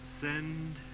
Send